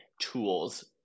tools